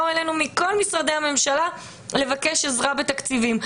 באו אלינו מכל משרדי הממשלה לבקש עזרה בתקציבים.